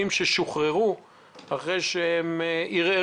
האנשים נטו, אחרי האנשים ששוחררו בעקבות ערעור